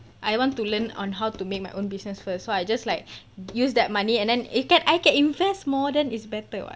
I want to learn on how to make my own business first so I just like use that money and then it can I can invest more then it's better [what]